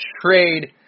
trade